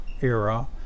era